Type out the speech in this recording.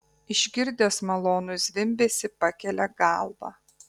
išgirdęs malonų zvimbesį pakelia galvą